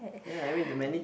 ya I mean the many